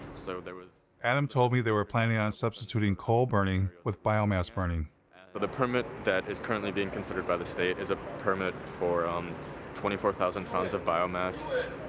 so there was adam told me they were planning on substituting coal burning with biomass burning. but the permit that is currently being considered by the state is a permit for um twenty four thousand tons of biomass,